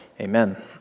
amen